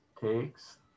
takes